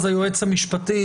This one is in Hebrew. היועץ המשפטי,